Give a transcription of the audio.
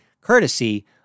courtesy